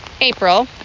April